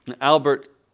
Albert